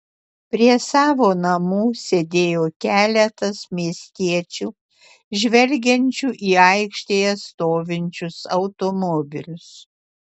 prie savo namų sėdėjo keletas miestiečių žvelgiančių į aikštėje stovinčius automobilius